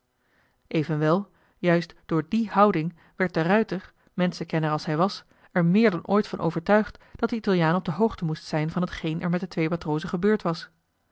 evenwel juist door die houding werd de ruijter menschenkenner als hij was er meer dan ooit van overtuigd dat de italiaan op de hoogte moest zijn van hetgeen er met de twee matrozen gebeurd was